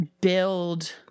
build